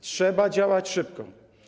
Trzeba działać szybko.